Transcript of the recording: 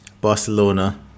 Barcelona